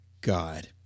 God